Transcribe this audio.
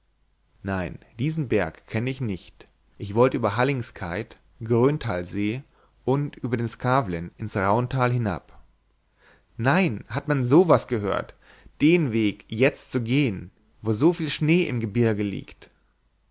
nein diesen berg kenne ich nicht ich wollte über hallingskeid gröntalsee und über den skavlen ins rauntal hinab nein hat man so was gehört den weg jetzt zu gehen wo soviel schnee im gebirge liegt